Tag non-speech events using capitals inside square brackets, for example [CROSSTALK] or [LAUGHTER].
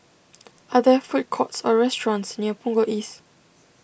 [NOISE] are there food courts or restaurants near Punggol East